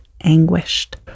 Anguished